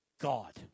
God